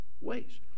ways